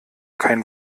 kein